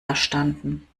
erstanden